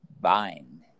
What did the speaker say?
bind